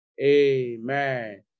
Amen